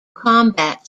combat